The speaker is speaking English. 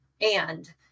and-